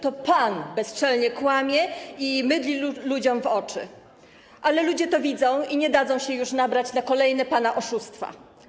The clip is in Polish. To pan bezczelnie kłamie i mydli ludziom oczy, ale ludzie to widzą i nie dadzą się już nabrać na kolejne pana oszustwa.